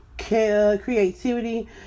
creativity